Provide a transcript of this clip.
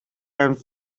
and